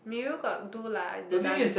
Mirul got do like the dance